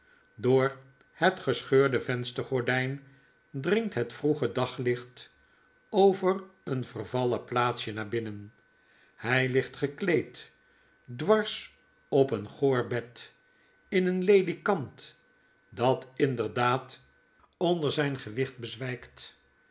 door het gescheurde venstergordijn dringt het vroege daglicht over een vervallen plaatsje naar binnen hij ligt gekleed dwars op een goor bed in een ledikant dat inderdaad onder zp gewicht bezwftkt